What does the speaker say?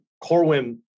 Corwin